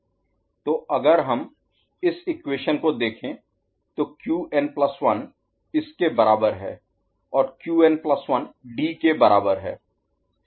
Qn1 D Qn1 TQn' T'Qn तो अगर हम इस इक्वेशन को देखें तो Qn प्लस 1 Qn1 इस के बराबर है और Qn प्लस 1 Qn1 D के बराबर है